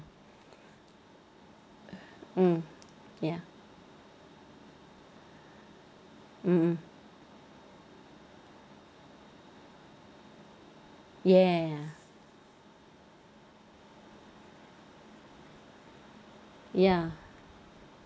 mm ya mmhmm ya ya